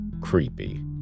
creepy